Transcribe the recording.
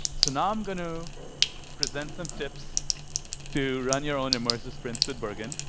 so and um going to present some tips to run your own immersive sprints with burgan.